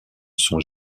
sont